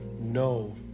no